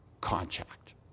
contact